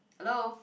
hello